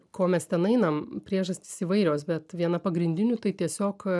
ko mes ten einam priežastys įvairios bet viena pagrindinių tai tiesiog